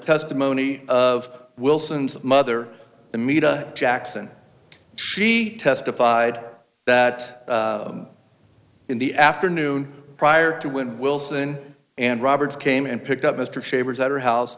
testimony of wilson's mother the meta jackson she testified that in the afternoon prior to when wilson and roberts came and picked up mr shavers at her house